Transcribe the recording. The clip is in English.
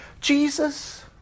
Jesus